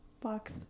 Box